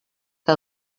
que